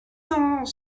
cent